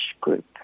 group